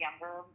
younger